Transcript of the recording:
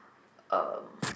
um